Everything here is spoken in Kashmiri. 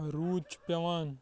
روٗد چھُ پٮ۪وان